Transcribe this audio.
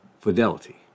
Fidelity